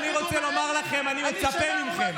אני שנה אומר לך שהם שקופים.